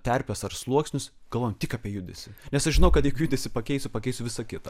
terpes ar sluoksnius galvojant tik apie judesį nes aš žinau kad jeigu judesį pakeisiu pakeisiu visa kita